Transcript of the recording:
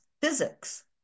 physics